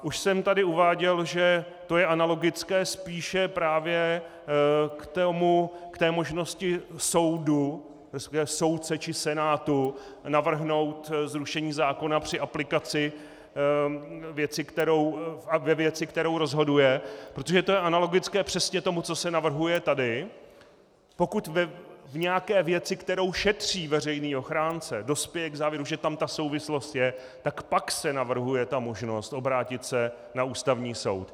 Už jsem tady uváděl, že to je analogické spíše právě k té možnosti soudu, resp. soudce či senátu, navrhnout zrušení zákona při aplikaci ve věci, kterou rozhoduje, protože to je analogické přesně tomu, co se navrhuje tady, pokud v nějaké věci, kterou šetří veřejný ochránce, dospěje k závěru, že tam ta souvislost je, tak pak se navrhuje možnost obrátit se na Ústavní soud.